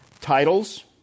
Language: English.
titles